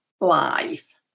life